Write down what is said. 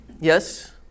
Yes